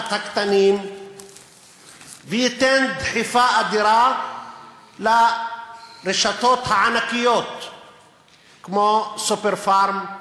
בתי-המרקחת הקטנים וייתן דחיפה אדירה לרשתות הענקיות כמו "סופר פארם",